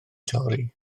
torri